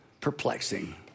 perplexing